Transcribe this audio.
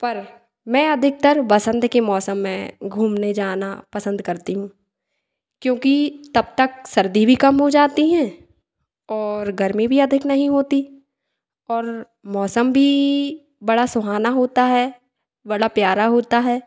पर मैं अधिकतर बसंत के मौसम में घूमने जाना पसंद करती हूँ क्योंकि तब तक सर्दी भी कम हो जाती है और गर्मी भी अधिक नहीं होती और मौसम भी बड़ा सुहाना होता है बड़ा प्यारा होता है